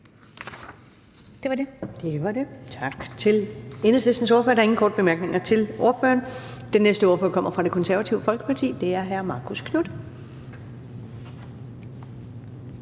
(Karen Ellemann): Tak til Enhedslistens ordfører. Der er ingen korte bemærkninger til ordføreren. Den næste ordfører kommer fra Det Konservative Folkeparti, og det er hr. Marcus Knuth.